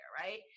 right